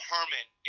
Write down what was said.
Herman